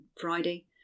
Friday